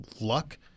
luck